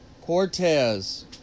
Cortez